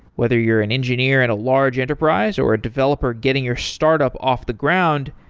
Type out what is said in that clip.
whether you're an engineer at a large enterprise, or a developer getting your startup off the ground,